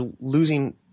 losing